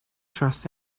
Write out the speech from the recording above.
trust